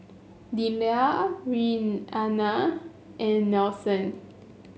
Delia Reanna and Nelson